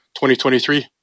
2023